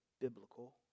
biblical